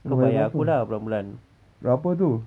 kau bayar aku lah bulan-bulan